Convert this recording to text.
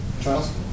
Charles